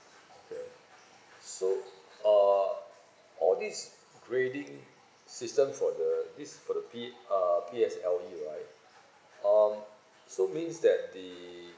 okay so uh how this grading system for the this for the P uh P_S_L_E right um so means that the